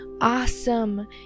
awesome